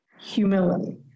humility